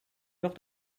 heure